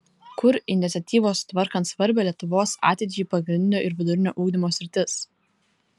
kur iniciatyvos tvarkant svarbią lietuvos ateičiai pagrindinio ir vidurinio ugdymo sritis